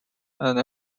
and